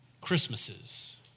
Christmases